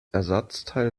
ersatzteil